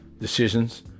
decisions